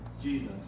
Jesus